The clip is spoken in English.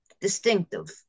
distinctive